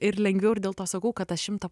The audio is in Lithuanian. ir lengviau ir dėl to sakau kad tą šimtą